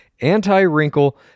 anti-wrinkle